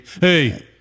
hey